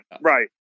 Right